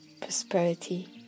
prosperity